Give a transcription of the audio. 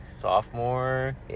sophomore